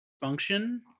function